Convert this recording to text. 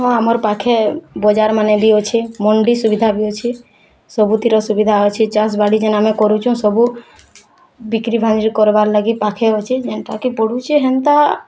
ହଁ ଆମର୍ ପାଖେ ବଜାର୍ମାନେ ବି ଅଛେ ମଣ୍ଡି ସୁବିଧା ବି ଅଛି ସବୁଥିରେ ସୁବିଧା ଅଛି ଚାଷ ବାଡ଼ି ଆମେ କରୁଛୁଁ ସବୁଁ ବିକ୍ରି ବାଣିଜ୍ୟ କର୍ବା ଲାଗି ପାଖେ ଅଛି ଯେନ୍ତା କେ ପଡ଼ୁଛେ ହେନ୍ତା